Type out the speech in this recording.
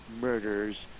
murders